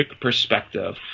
perspective